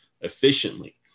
efficiently